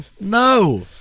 No